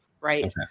Right